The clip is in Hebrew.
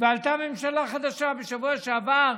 ועלתה ממשלה חדשה בשבוע שעבר,